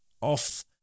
off